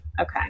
Okay